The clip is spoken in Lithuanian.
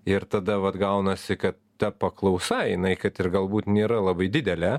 ir tada vat gaunasi kad ta paklausa jinai kad ir galbūt nėra labai didelė